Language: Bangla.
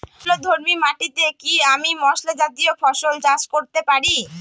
অম্লধর্মী মাটিতে কি আমি মশলা জাতীয় ফসল চাষ করতে পারি?